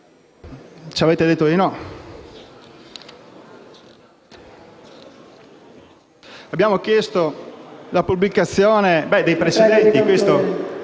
ci avete detto di no. Abbiamo chiesto la pubblicazione dei precedenti,